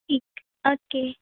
ਠੀਕ ਓਕੇ